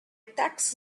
tax